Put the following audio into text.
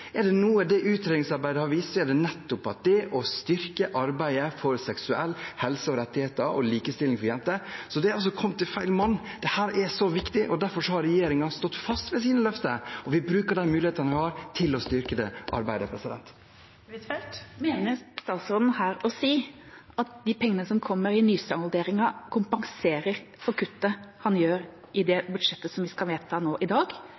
er fordi det er det viktigste vi gjør. Er det noe det utredningsarbeidet har vist, er det nettopp at vi styrker arbeidet for seksuell helse og rettigheter og likestilling for jenter, så det er altså å komme til feil mann. Dette er så viktig, og derfor har regjeringen stått fast ved sine løfter, og vi bruker de mulighetene vi har, til å styrke det arbeidet. Mener statsråden her å si at de pengene som kommer i nysalderingen, kompenserer for kuttet han gjør i